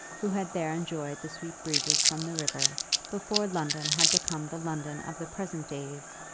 who had there enjoyed the sweet breezes from the river before london had become the london of the present days,